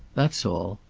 that's all.